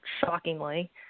shockingly